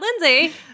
Lindsay